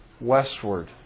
westward